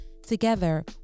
Together